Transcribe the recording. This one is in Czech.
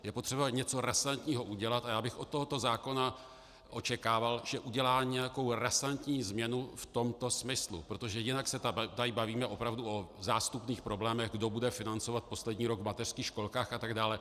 Je potřeba něco razantního udělat a já bych od tohoto zákona očekával, že udělá nějakou razantní změnu v tomto smyslu, protože jinak se tady bavíme opravdu o zástupných problémech, kdo bude financovat poslední rok v mateřských školkách atd.